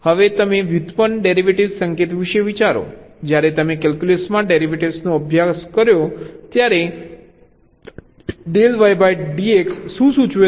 હવે તમે વ્યુત્પન્ન ડેરિવેટિવ્સ સંકેત વિશે વિચારો જ્યારે તમે કેલ્ક્યુલસમાં ડેરિવેટિવ્સનો અભ્યાસ કર્યો ત્યારે dydx શું સૂચવે છે